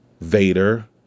vader